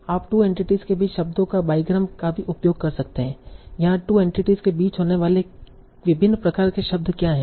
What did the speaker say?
आप 2 एंटिटीस के बीच शब्दों या बाईग्राम का भी उपयोग कर सकते हैं यहाँ 2 एंटिटीस के बीच होने वाले विभिन्न प्रकार के शब्द क्या हैं